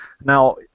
Now